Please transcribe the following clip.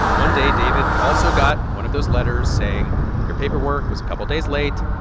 one day, david also got one of those letters saying your paperwork was a couple days late,